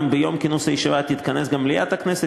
אם ביום כינוס הישיבה תתכנס גם מליאת הכנסת,